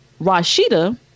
Rashida